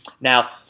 Now